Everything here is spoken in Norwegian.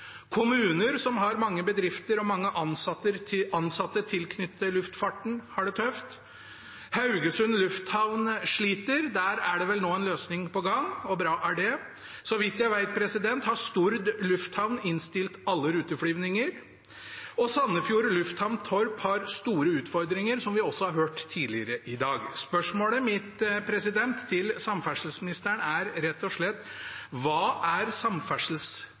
Kommuner som har mange bedrifter og mange ansatte tilknyttet luftfarten, har det tøft. Haugesund lufthavn sliter. Der er det vel nå en løsning på gang, og bra er det. Så vidt jeg vet, har Stord Lufthamn innstilt alle ruteflygninger, og Sandefjord Lufthavn Torp har store utfordringer, noe vi også har hørt tidligere i dag. Spørsmålet mitt til samferdselsministeren er rett og slett: Hva er